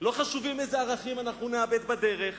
לא חשוב אילו ערכים נאבד בדרך,